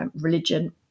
religion